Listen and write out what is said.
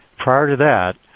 prior to that,